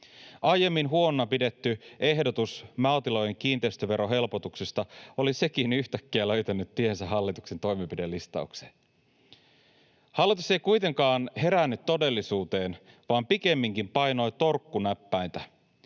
Aiemmin huonona pidetty ehdotus maatilojen kiinteistöverohelpotuksista oli sekin yhtäkkiä löytänyt tiensä hallituksen toimenpidelistaukseen. Hallitus ei kuitenkaan herännyt todellisuuteen vaan pikemminkin painoi torkkunäppäintä.